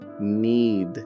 need